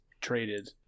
traded